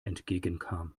entgegenkam